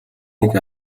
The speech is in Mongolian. нэг